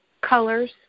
colors